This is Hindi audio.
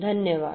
धन्यवाद